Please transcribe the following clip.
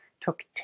took